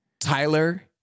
Tyler